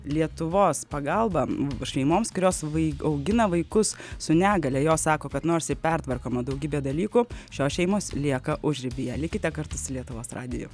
lietuvos pagalbą šeimoms kurios vai augina vaikus su negalia jo sako kad nors ir pertvarkoma daugybė dalykų šios šeimos lieka užribyje likite kartu su lietuvos radiju